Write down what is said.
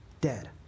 dead